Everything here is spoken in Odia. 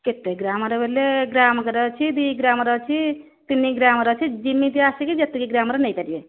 କେତେ ଗ୍ରାମ୍ରେ ବୋଇଲେ ଗ୍ରାମ୍ରେ ଅଛି ଦୁଇ ଗ୍ରାମ୍ରେ ଅଛି ତିନି ଗ୍ରାମ୍ରେ ଅଛି ଯେମିତି ଆସିକି ଯେତିକି ଗ୍ରାମ୍ରେ ନେଇପାରିବେ